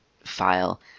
file